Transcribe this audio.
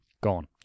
gone